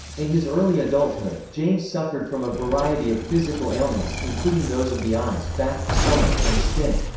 in his early adulthood, james suffered from a variety of physical ailments, including those of the eyes, back, stomach, and skin.